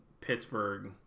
Pittsburgh